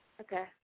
Okay